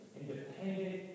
Independent